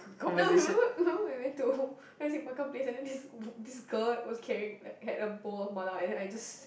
no I remember I remember when we went to what was it Makan-Place and then this this girl was carrying like a bowl of mala and then I just sit